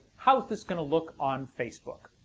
how's this gonna look on facebook?